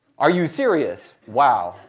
are you serious? wow.